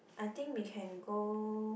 I think we can go